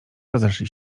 rozeszli